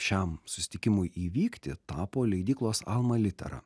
šiam susitikimui įvykti tapo leidyklos alma litera